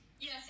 yes